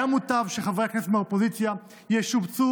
היה מוטב שחברי הכנסת מהאופוזיציה ישבצו